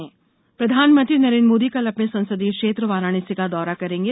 मोदी वाराणसी प्रधानमंत्री नरेन्द्र मोदी कल अपने संसदीय क्षेत्र वाराणसी का दौरा करेंगे